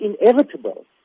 inevitable